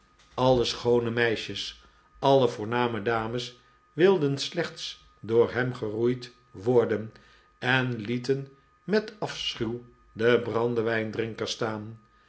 alle schoone meisjes alle voorname dames wilden slechts door hem geroeid worden en lieten met afschuw de brandewijndrinkers staan